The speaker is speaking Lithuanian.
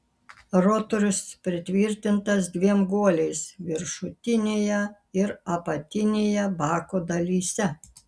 rotorius pritvirtintas dviem guoliais viršutinėje ir apatinėje bako dalyse